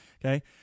okay